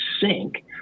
sink